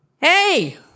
Hey